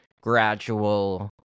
gradual